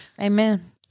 Amen